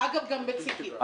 בחוק,